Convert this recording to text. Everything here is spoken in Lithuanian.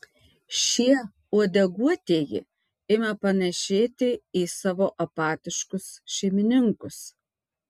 šie uodeguotieji ima panašėti į savo apatiškus šeimininkus